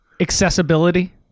Accessibility